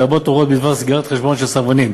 לרבות הוראות בדבר סגירת חשבונות של סרבנים,